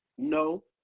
no,